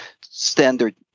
standard